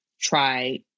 try